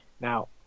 Now